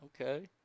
Okay